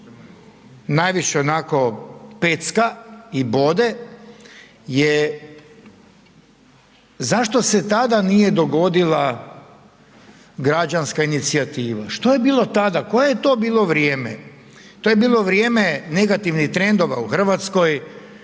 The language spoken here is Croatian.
najviše onako pecka i bode je zašto se tada nije dogodila građanska inicijativa? Što je bilo tada, koje je to bilo vrijeme? To je bilo vrijeme negativnih trendova u Hrvatskoj,